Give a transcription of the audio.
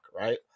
Right